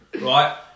right